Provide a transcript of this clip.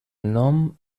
nom